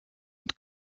mit